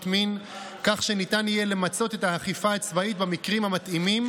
מין כך שניתן יהיה למצות את האכיפה הצבאית במקרים המתאימים,